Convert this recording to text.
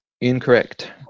Incorrect